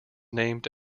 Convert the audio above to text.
named